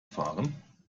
fahren